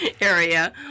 area